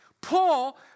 Paul